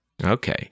Okay